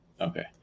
Okay